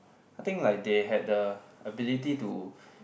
I think like they had the ability to